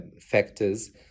factors